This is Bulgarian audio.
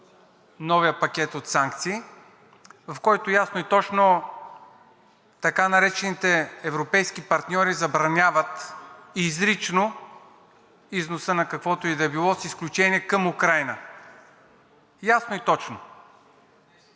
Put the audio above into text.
новият пакет от санкции, в който ясно и точно така наречените европейски партньори забраняват изрично износа на каквото и да е било с изключение към Украйна. Ясно и точно: